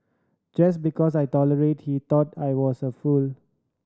just because I tolerated he thought I was a fool